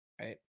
Right